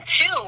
two